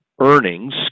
earnings